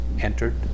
entered